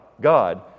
God